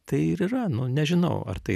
tai ir yra nu nežinau ar tai